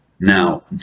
Now